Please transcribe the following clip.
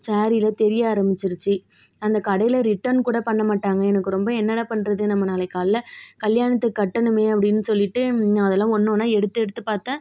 சாரீயில் தெரிய ஆரம்மிச்சிருச்சு அந்த கடையில் ரிட்டன் கூட பண்ணமாட்டாங்க எனக்கு ரொம்ப என்னடா பண்ணுறது நம்ப நாளைக்கு காலைல கல்யாணத்துக்கு கட்டணுமே அப்படின்னு சொல்லிட்டு நான் அதெலாம் ஒன்று ஒன்றா எடுத்தெடுத்து பார்த்தேன்